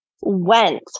went